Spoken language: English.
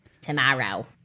tomorrow